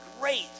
great